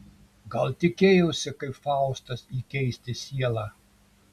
gal tikėjausi kaip faustas įkeisti sielą